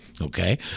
Okay